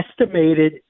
estimated